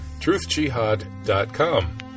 truthjihad.com